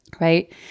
Right